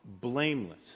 blameless